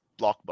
blockbuster